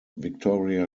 victoria